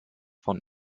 von